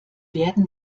werden